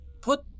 Put